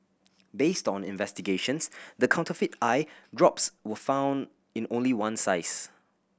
based on investigations the counterfeit eye drops were found in only one size